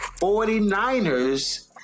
49ers